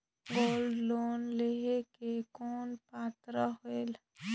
Gold loan लेहे के कौन पात्रता होएल?